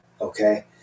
okay